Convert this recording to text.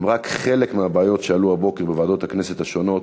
ואלה הם רק חלק מהבעיות שעלו הבוקר בוועדות הכנסת השונות,